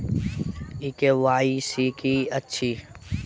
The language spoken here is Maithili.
ई के.वाई.सी की अछि?